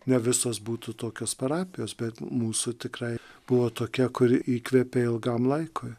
ne visos būtų tokios parapijos bet mūsų tikrai buvo tokia kuri įkvepė ilgam laikui